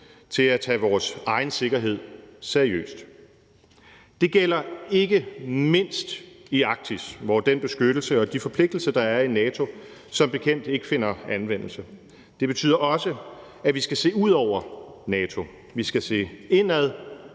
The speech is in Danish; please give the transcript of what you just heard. til at tage vores egen sikkerhed seriøst. Det gælder ikke mindst i Arktis, hvor den beskyttelse og de forpligtelser, der er i NATO, som bekendt ikke finder anvendelse. Det betyder også, at vi skal se ud over NATO. Vi skal se indad,